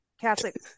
Catholic